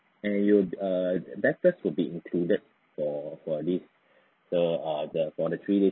and you'll err breakfast will be included for for this the err the for the three days